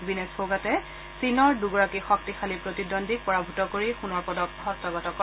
ৱিনেছ ফগাটে চীনৰ দুগৰাকী শক্তিশালী প্ৰতিদ্বন্দ্বীক পৰাভূত কৰি সোণৰ হস্তগত কৰে